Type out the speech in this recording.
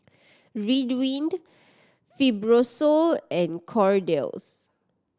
Ridwind Fibrosol and Kordel's